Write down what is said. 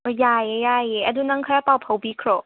ꯌꯥꯏꯌꯦ ꯌꯥꯏꯌꯦ ꯑꯗꯨ ꯅꯪ ꯈꯔ ꯄꯥꯎ ꯐꯥꯎꯕꯤꯈ꯭ꯔꯣ